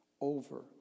over